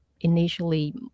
initially